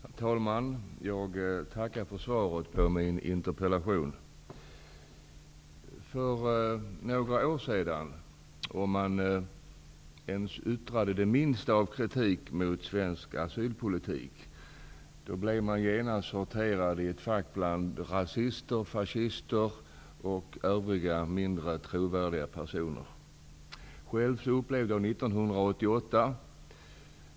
Herr talman! Jag tackar för svaret på min interpellation. För några år sedan blev man, om man yttrade det minsta av kritik mot svensk asylpolitik, genast insorterad i ett fack som innehöll rasister, fascister och andra mindre trovärdiga personer. Själv upplevde jag det 1988.